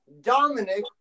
Dominic